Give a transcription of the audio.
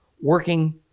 working